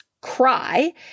cry